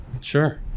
Sure